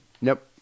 Nope